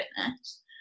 fitness